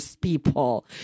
people